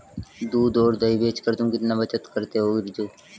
दूध और दही बेचकर तुम कितना बचत करते हो बिरजू?